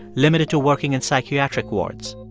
limited to working in psychiatric wards.